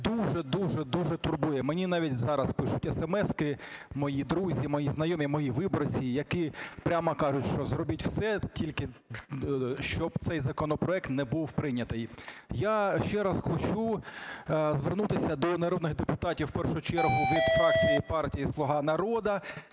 дуже, дуже, дуже турбує. Мені навіть зараз пишуть есемески мої друзі, мої знайомі, мої виборці, які прямо кажуть, що зробіть все, тільки щоб цей законопроект не був прийнятий. Я ще раз хочу звернутися до народних депутатів в першу чергу від фракції партії "Слуга народу",